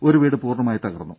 ഒരു വീട് പൂർണ്ണമായി തകർന്നു